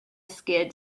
skid